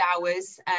hours